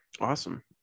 awesome